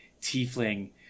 tiefling